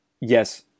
yes